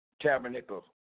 tabernacle